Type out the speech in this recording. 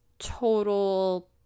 Total